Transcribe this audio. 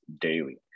daily